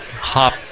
hop